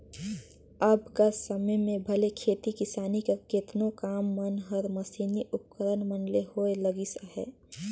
अब कर समे में भले खेती किसानी कर केतनो काम मन हर मसीनी उपकरन मन ले होए लगिस अहे